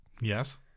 Yes